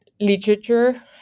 literature